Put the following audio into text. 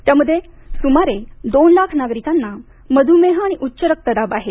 त्यामध्ये सुमारे दोन लाख नागरिकांना मध्मेह आणि उच्च रक्तदाब आहे